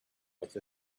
with